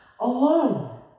alone